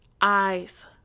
eyes